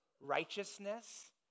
righteousness